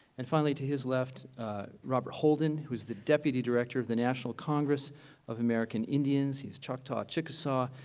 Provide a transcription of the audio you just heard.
and finally to his left robert holden, who's the deputy director of the national congress of american indians. he is choctaw chickasaw,